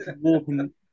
walking